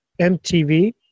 MTV